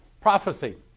Prophecy